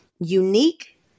unique